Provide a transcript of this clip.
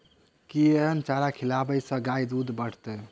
केँ चारा खिलाबै सँ गाय दुध बढ़तै?